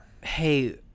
Hey